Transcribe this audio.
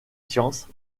sciences